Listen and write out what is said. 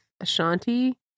Ashanti